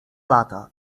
lata